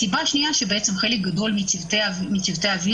הסיבה השנייה היא שחלק גדול מצוותי האוויר